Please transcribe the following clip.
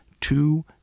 two